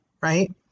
right